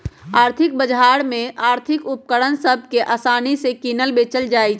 आर्थिक बजार में आर्थिक उपकरण सभ के असानि से किनल बेचल जाइ छइ